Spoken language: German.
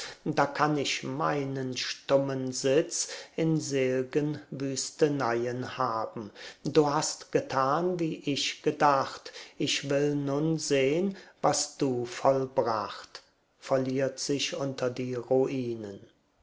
da kann ich meinen stummen sitz in sel'gen wüsteneien haben du hast getan wie ich gedacht ich will nun sehn was du vollbracht verliert sich unter die ruinen